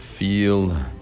Feel